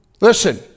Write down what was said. Listen